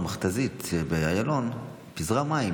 המכת"זית באיילון פיזרה מים.